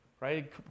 right